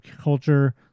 Culture